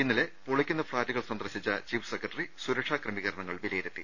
ഇന്നലെ പൊളിക്കുന്ന ഫ്ളാറ്റുകൾ സന്ദർശിച്ച ചീഫ് സെക്രട്ടറി സുരക്ഷാ ക്രമീകരണങ്ങൾ വിലയിരുത്തി